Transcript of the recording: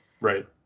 Right